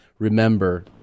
remember